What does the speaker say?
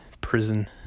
prison